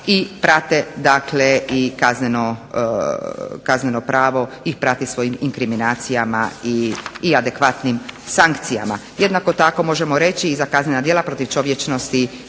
i prate dakle i kazneno pravo i prati svojim inkriminacijama i adekvatnim sankcijama. Jednako tako možemo reći i za kaznena djela protiv čovječnosti